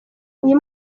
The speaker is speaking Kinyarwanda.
uyu